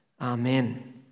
Amen